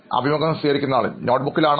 അഭിമുഖം സ്വീകരിക്കുന്നയാൾ നോട്ട്ബുക്കിൽ ആണോ